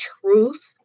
truth